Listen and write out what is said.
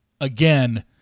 again –